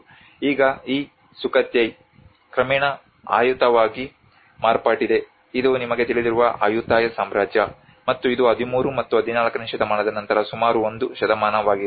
ಈಗ ಈ ಸುಖೋತೈ ಕ್ರಮೇಣ ಆಯುತಾಯವಾಗಿ ಮಾರ್ಪಟ್ಟಿದೆ ಇದು ನಿಮಗೆ ತಿಳಿದಿರುವ ಆಯುತಾಯ ಸಾಮ್ರಾಜ್ಯ ಮತ್ತು ಇದು 13 ಮತ್ತು 14 ನೇ ಶತಮಾನದ ನಂತರ ಸುಮಾರು ಒಂದು ಶತಮಾನವಾಗಿದೆ